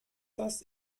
das